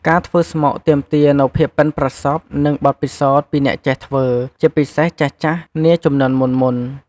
ការធ្វើស្មុកទាមទារនូវភាពប៉ិនប្រសប់និងបទពិសោធន៍ពីអ្នកចេះធ្វើ ជាពិសេសចាស់ៗនាជំនាន់មុនៗ។